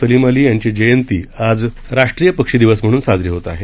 सलिम अली यांची जयंती आज राष्ट्रीय पक्षी दिवस म्हणून साजरी होत आहे